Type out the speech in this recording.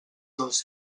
dels